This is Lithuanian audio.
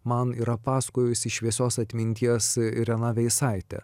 man yra pasakojusi šviesios atminties irena veisaitė